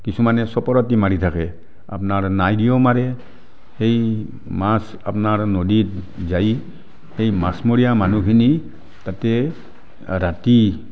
কিছুমানে চপৰত দি মাৰি থাকে আপনাৰ লাঙিও মাৰে সেই মাছ আপোনাৰ নদীত যাই সেই মাছমৰীয়া মানুহখিনি তাতে ৰাতি